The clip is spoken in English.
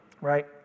right